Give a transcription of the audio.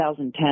2010